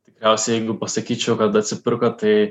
tikriausiai jeigu pasakyčiau kad atsipirko tai